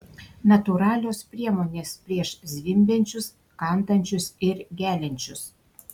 natūralios priemonės prieš zvimbiančius kandančius ir geliančius